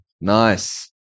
Nice